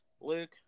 Luke